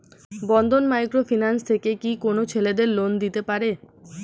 বন্ধন micro finance থেকে কি কোন ছেলেদের লোন দিতে পারে?